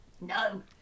no